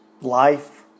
life